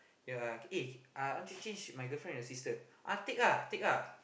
ya eh ah I want to change my girlfriend with your sister ah take ah take ah